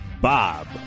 Bob